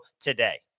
today